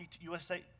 USA